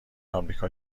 آمریکا